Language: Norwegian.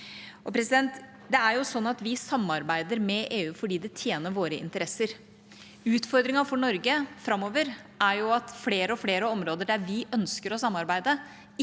med ett ord. Vi samarbeider jo med EU fordi det tjener våre interesser. Utfordringen for Norge framover er at flere og flere områder der vi ønsker å samarbeide,